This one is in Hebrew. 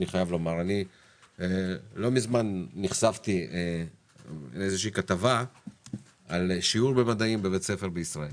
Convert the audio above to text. לא מזמן נחשפתי לאיזו שהיא כתבה על שיעור במדעים בבית ספר בישראל